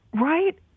Right